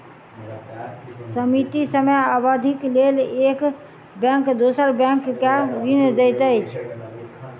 सीमित समय अवधिक लेल एक बैंक दोसर बैंक के ऋण दैत अछि